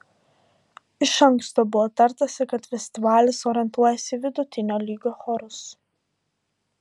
iš anksto buvo tartasi kad festivalis orientuojasi į vidutinio lygio chorus